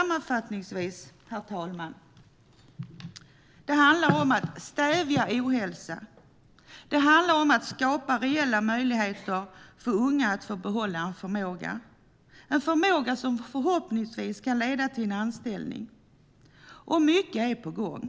Sammanfattningsvis handlar det om att stävja ohälsa, att skapa reella möjligheter för unga att få behålla en förmåga, en förmåga som förhoppningsvis kan leda till en anställning. Mycket är på gång.